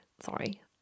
sorry